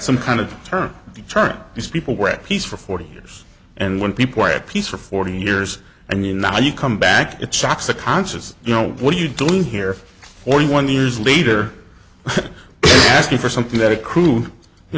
some kind of term the term these people were at peace for forty years and when people are at peace for forty years i mean now you come back it shocks the conscious you know what are you doing here for forty one years later asking for something very crude you